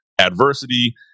adversity